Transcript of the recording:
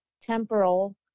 temporal